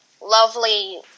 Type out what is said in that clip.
lovely